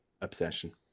obsession